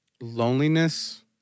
loneliness